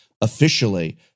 officially